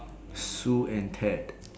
Sue and cat